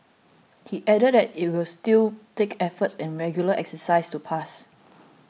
he added that it will still take efforts and regular exercise to pass